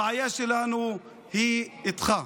הבעיה שלנו היא איתך.